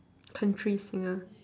country singer